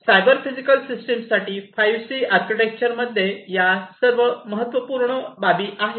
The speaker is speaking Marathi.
सायबर फिजिकल सिस्टमसाठी 5 सी आर्किटेक्चरमध्ये या सर्व महत्त्वपूर्ण बाबी आहेत